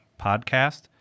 podcast